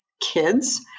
kids